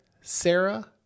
Sarah